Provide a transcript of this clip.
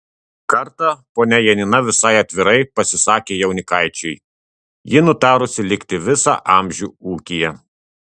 kartą ponia janina visai atvirai pasisakė jaunikaičiui ji nutarusi likti visą amžių ūkyje